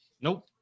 Nope